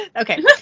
okay